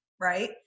right